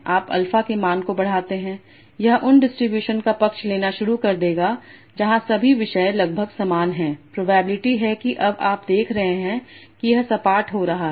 आप अल्फा के मान को बढ़ाते हैं यह उन डिस्ट्रीब्यूशन का पक्ष लेना शुरू कर देगा जहां सभी विषय लगभग समान हैं प्रोबेबिलिटी है कि अब आप देख रहे हैं कि यह सपाट हो रहा है